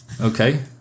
Okay